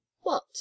What